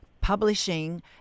publishing